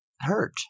hurt